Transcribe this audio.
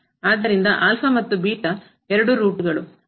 ಆದ್ದರಿಂದ ಮತ್ತು ಎರಡೂ ರೂಟ್ ಗಳು